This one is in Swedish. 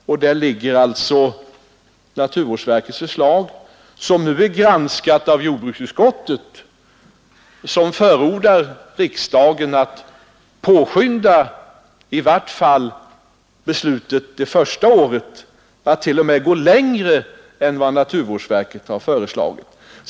Och nu äradlltså — naturvårdsverkets förslag granskat av jordbruksutskottet, som förordar Om åtgärderna mot riksdagen att påskynda i vart fall beslutet det första året, ja, t.o.m. gå Svavelföroreningar längre än vad naturvårdsverket har föreslagit. i luften, m.m.